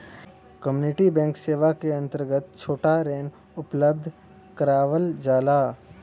community bank सेवा क अंतर्गत छोटा ऋण उपलब्ध करावल जाला